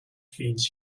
feeds